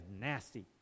nasty